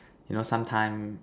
you know sometime